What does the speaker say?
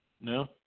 No